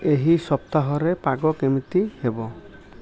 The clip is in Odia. ଏହି ସପ୍ତାହରେ ପାଗ କେମିତି ହେବ